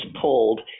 pulled